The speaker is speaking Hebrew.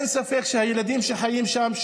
הילדים שחיים שם,